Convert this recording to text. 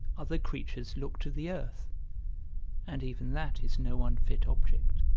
other creatures look to the earth and even that is no unfit object,